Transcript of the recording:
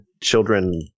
children